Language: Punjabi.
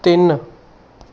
ਤਿੰਨ